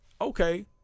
okay